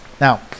Now